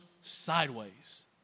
sideways